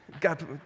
God